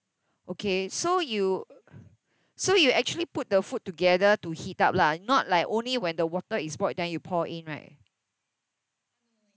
okay so you so you actually put the food together to heat up lah not like only when the water is boiled then you pour in right